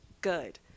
good